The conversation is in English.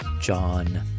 John